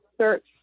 search